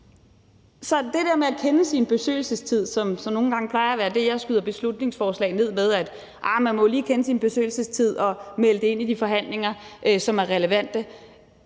til det der med at kende sin besøgelsestid, som plejer at være det, jeg skyder beslutningsforslag ned med, altså at man lige må kende sin besøgelsestid og melde det ind i de forhandlinger, som er relevante,